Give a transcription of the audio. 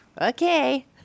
okay